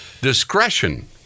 discretion